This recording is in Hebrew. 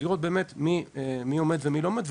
לראות מי עומד ומי לומד,